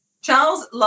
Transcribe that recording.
Charles